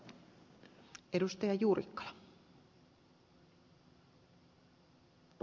arvoisa puhemies